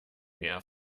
mehr